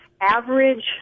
average